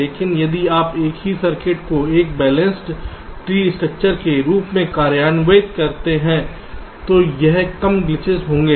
लेकिन यदि आप एक ही सर्किट को एक बैलेंस्ड ट्री स्ट्रक्चर के रूप में कार्यान्वित करते हैं तो यह कम ग्लीचेस होंगे